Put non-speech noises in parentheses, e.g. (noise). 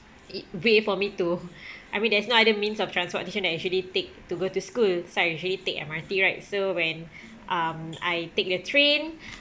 i~ way for me to (breath) I mean there's no other means of transportation that I actually take to go to school so I usually take M_R_T right so when um I take the train